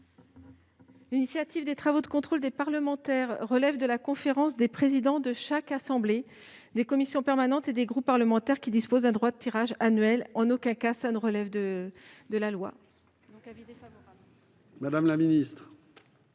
L'initiative des travaux de contrôle des parlementaires relève de la conférence des présidents de chaque assemblée, des commissions permanentes et des groupes parlementaires, qui disposent d'un « droit de tirage » annuel. Elle ne relève en aucun de la loi.